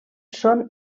són